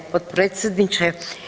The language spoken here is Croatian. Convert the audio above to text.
potpredsjedniče.